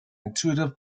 intuitive